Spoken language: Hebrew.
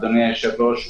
אדוני היושב-ראש,